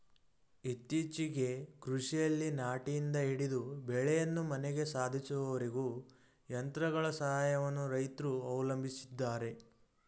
ಇತ್ತೀಚೆಗೆ ಕೃಷಿಯಲ್ಲಿ ನಾಟಿಯಿಂದ ಹಿಡಿದು ಬೆಳೆಯನ್ನು ಮನೆಗೆ ಸಾಧಿಸುವವರೆಗೂ ಯಂತ್ರಗಳ ಸಹಾಯವನ್ನು ರೈತ್ರು ಅವಲಂಬಿಸಿದ್ದಾರೆ